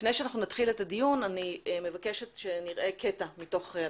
לפני שאנחנו נתחיל את הדיון אני מבקשת שנראה קטע מתוך התחקיר.